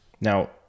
Now